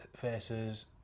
versus